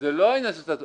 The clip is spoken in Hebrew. זה לא עניין של סטטוס קוו,